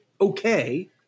okay